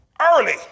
early